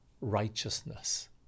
righteousness